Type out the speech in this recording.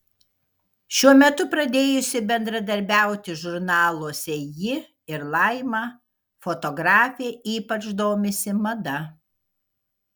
šiuo metu pradėjusi bendradarbiauti žurnaluose ji ir laima fotografė ypač domisi mada